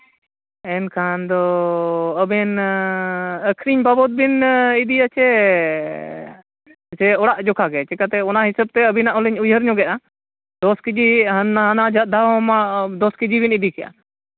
ᱮᱱᱠᱷᱟᱱ ᱫᱚ ᱟᱹᱵᱤᱱ ᱟᱹᱠᱷᱨᱤᱧ ᱵᱟᱵᱚᱫᱽ ᱵᱤᱱ ᱤᱫᱤᱭᱟᱪᱮ ᱥᱮ ᱚᱲᱟᱜ ᱡᱚᱠᱷᱟᱜᱮ ᱪᱤᱠᱟᱹᱛᱮ ᱚᱱᱟ ᱦᱤᱥᱟᱹᱵᱽ ᱛᱮ ᱟᱹᱵᱤᱱᱟᱜ ᱦᱚᱸᱞᱤᱧ ᱩᱭᱦᱟᱹᱨ ᱧᱚᱜ ᱮᱫᱟ ᱫᱚᱥ ᱠᱮᱹᱡᱤ ᱚᱱᱟ ᱟᱢᱟᱜ ᱫᱟᱢ ᱟᱢᱟᱜ ᱫᱚᱥ ᱠᱮᱹᱡᱤ ᱵᱮᱱ ᱤᱫᱤ ᱠᱮᱫᱼᱟ